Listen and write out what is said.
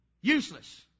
useless